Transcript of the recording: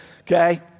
Okay